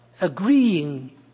agreeing